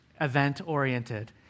event-oriented